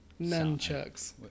Nunchucks